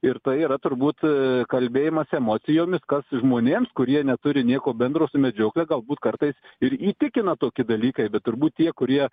ir tai yra turbūt kalbėjimas emocijomis kas žmonėms kurie neturi nieko bendro su medžiokle galbūt kartais ir įtikina toki dalykai bet turbūt tie kurie